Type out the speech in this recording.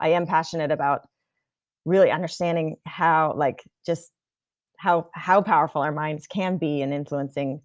i am passionate about really understanding how. like just how how powerful our minds can be in influencing